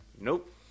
Nope